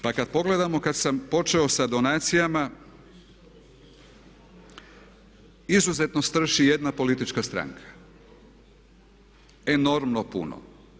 Pa kad pogledamo kad sam počeo sa donacijama izuzetno strši jedna politička stranka, enormno puno.